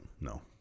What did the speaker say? No